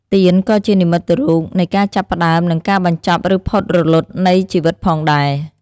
ទៀនក៏៏ជានិមិត្តរូបនៃការចាប់ផ្ដើមនិងការបញ្ចប់ឬផុតរលត់នៃជីវិតផងដែរ។